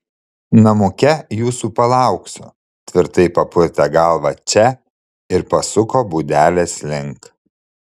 namuke jūsų palauksiu tvirtai papurtė galvą če ir pasuko būdelės link